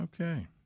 Okay